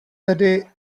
tedy